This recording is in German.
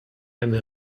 eine